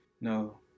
no